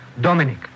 Dominic